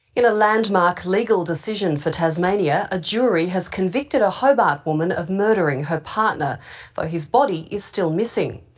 in a landmark legal decision for tasmania a jury has convicted a hobart woman of murdering her partner, though his body is still missing.